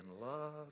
love